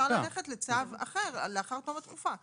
אז אפשר ללכת לצו אחר לאחר שתמה התקופה.